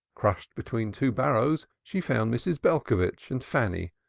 crushed between two barrows, she found mrs. belcovitch and fanny,